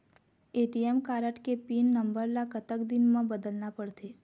ATM card के pin number ला कतक दिन म बदलना पड़थे?